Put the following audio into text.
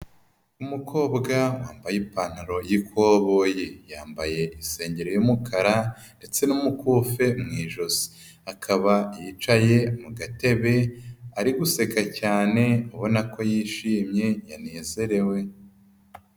Umukobwa wambaye ipantaro y'ikoboyi, yambaye isengeri y'umukara, ndetse n'umukufi mu ijosi. Akaba yicaye mu gatebe ari guseka cyane, ubona ko yishimye yanezerewe.